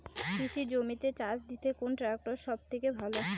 কৃষি জমিতে চাষ দিতে কোন ট্রাক্টর সবথেকে ভালো?